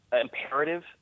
imperative